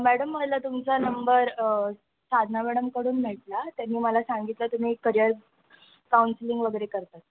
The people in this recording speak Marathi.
मॅडम मला तुमचा नंबर साधना मॅडमकडून भेटला त्याने मला सांगितलं तुम्ही करिअर काउन्सिलिंग वगैरे करतात